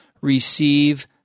Receive